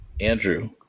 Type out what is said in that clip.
Andrew